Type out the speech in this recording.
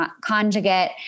conjugate